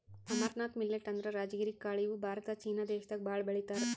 amaranth millet ಅಂದ್ರ ರಾಜಗಿರಿ ಕಾಳ್ ಇವ್ ಭಾರತ ಚೀನಾ ದೇಶದಾಗ್ ಭಾಳ್ ಬೆಳಿತಾರ್